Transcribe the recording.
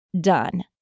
done